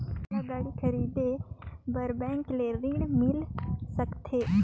मोला गाड़ी खरीदे बार बैंक ले ऋण मिल सकथे?